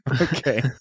Okay